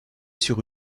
sur